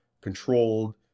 controlled